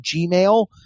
Gmail